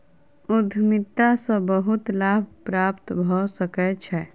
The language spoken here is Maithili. उद्यमिता सॅ बहुत लाभ प्राप्त भ सकै छै